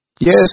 Yes